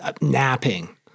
napping